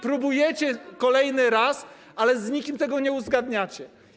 Próbujecie kolejny raz, ale z nikim tego nie uzgadniacie.